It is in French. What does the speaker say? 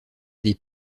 des